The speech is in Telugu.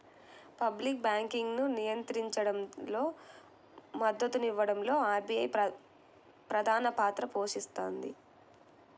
పబ్లిక్ బ్యాంకింగ్ను నియంత్రించడంలో, మద్దతునివ్వడంలో ఆర్బీఐ ప్రధానపాత్ర పోషిస్తది